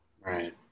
Right